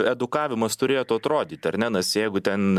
edukavimas turėtų atrodyt ar ne nes jeigu ten